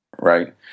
right